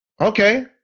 Okay